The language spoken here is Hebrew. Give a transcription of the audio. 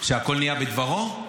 שהכול נהיה בדברו?